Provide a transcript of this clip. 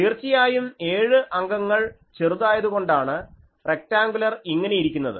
തീർച്ചയായും ഏഴ് അംഗങ്ങൾ ചെറുതായതുകൊണ്ടാണ് റെക്ട്യാൻഗുലർ ഇങ്ങനെ ഇരിക്കുന്നത്